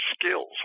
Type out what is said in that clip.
skills